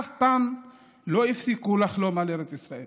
אף פעם לא הפסיקו לחלום על ארץ ישראל,